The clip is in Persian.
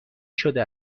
شده